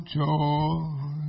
joy